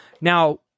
Now